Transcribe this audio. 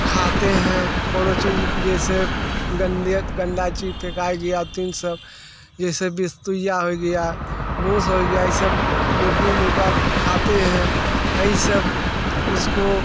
खाते हैं कौनों चीज़ जैसे गंदे गंदा चीज़ फेंका गया तीन सब जैसे बिस्तुइया हो गया मूस हो गया यह सब मुर्गी मुर्गा खाते हैं यही सब उसको